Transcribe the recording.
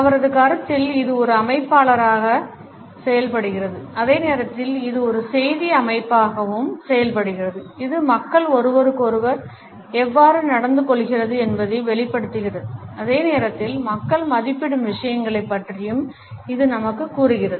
அவரது கருத்தில் இது ஒரு அமைப்பாளராக செயல்படுகிறது அதே நேரத்தில் இது ஒரு செய்தி அமைப்பாகவும் செயல்படுகிறது இது மக்கள் ஒருவருக்கொருவர் எவ்வாறு நடந்துகொள்கிறது என்பதை வெளிப்படுத்துகிறது அதே நேரத்தில் மக்கள் மதிப்பிடும் விஷயங்களைப் பற்றியும் இது நமக்குக் கூறுகிறது